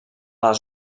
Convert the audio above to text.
les